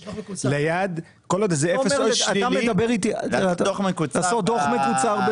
כל עוד זה אפס או שלילי --- אתה מדבר איתי על לעשות דו"ח מקוצר.